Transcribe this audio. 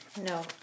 No